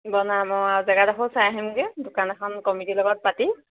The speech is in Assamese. বনাম অঁ জেগাডখৰো চাই আহিমগৈ দোকান এখন কমিটিৰ লগত পাতি